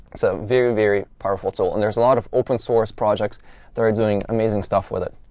it's a very, very powerful tool, and there's a lot of open source projects that are doing amazing stuff with it.